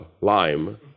lime